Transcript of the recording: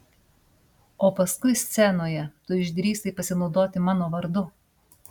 o paskui scenoje tu išdrįsai pasinaudoti mano vardu